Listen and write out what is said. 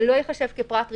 זה לא ייחשב כפרט רישום,